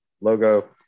logo